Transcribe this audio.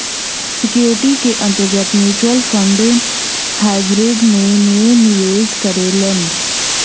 securities के अंतर्गत mutual fund hybrid में में निवेश करेलन